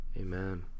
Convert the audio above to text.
Amen